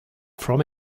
from